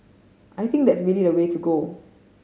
I think that's really the way to go